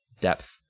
depth